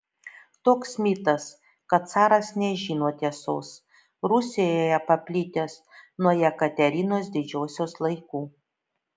toks mitas kad caras nežino tiesos rusijoje paplitęs nuo jekaterinos didžiosios laikų